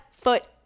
foot